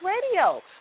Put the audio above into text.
Radio